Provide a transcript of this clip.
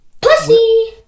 Pussy